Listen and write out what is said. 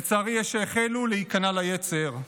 לצערי, יש שהחלו להיכנע ליצר,